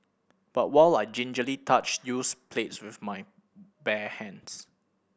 but while I gingerly touched used plates with my bare hands